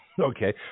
okay